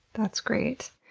that's great.